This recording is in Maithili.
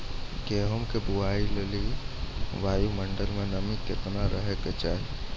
गेहूँ के बुआई लेल वायु मंडल मे नमी केतना रहे के चाहि?